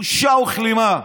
בושה וכלימה.